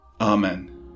Amen